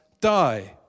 die